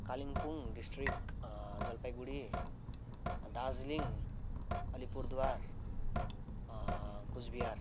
Kalimpong district Jalpaiguri Darjeeling Alipurduar Cooch Behar